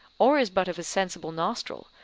or is but of a sensible nostril,